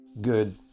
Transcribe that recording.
Good